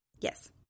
Yes